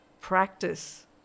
practice